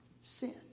sin